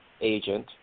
agent